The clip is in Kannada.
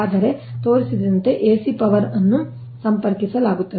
ಆದರೆ ತೋರಿಸಿದಂತೆ ಎಸಿ ಪವರ್ ಅನ್ನು ಸಂಪರ್ಕಿಸಲಾಗುತ್ತದೆ